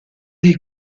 dei